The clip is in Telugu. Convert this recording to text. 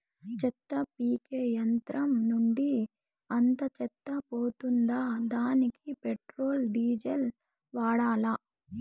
చెత్త పీకే యంత్రం నుండి అంతా చెత్త పోతుందా? దానికీ పెట్రోల్, డీజిల్ వాడాలా?